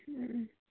ꯎꯝ